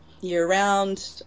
year-round